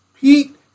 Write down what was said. Pete